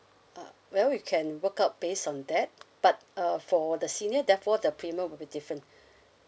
uh well we can work out based on that but uh for the senior therefore the premium will be different